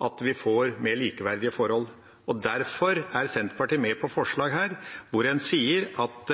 at vi får mer likeverdige forhold. Derfor er Senterpartiet med på forslag her, hvor en sier at